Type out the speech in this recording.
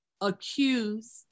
accuse